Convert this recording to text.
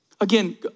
Again